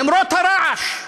למרות הרעש,